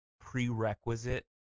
prerequisite